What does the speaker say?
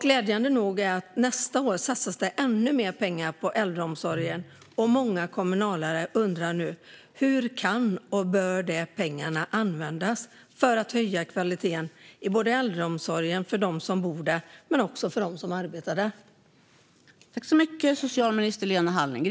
Glädjande nog satsas nästa år ännu mer pengar på äldreomsorgen. Många kommunalare undrar nu hur dessa pengar kan och bör användas för att höja kvaliteten inom äldreomsorgen för både dem som bor där och dem som arbetar där.